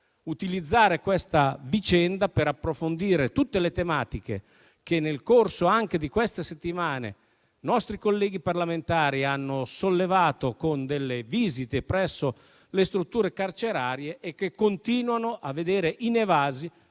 utilizzare la vicenda per approfondire tutte le tematiche che, nel corso delle ultime settimane, nostri colleghi parlamentari hanno sollevato con delle visite presso le strutture carcerarie e nei cui confronti continuano a vedere inevase